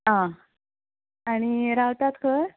आं आनी रावतात खंय